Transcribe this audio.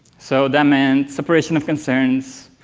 so that meant separation of concerns,